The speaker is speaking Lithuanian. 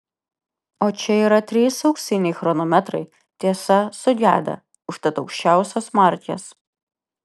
o čia yra trys auksiniai chronometrai tiesa sugedę užtat aukščiausios markės